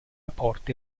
porte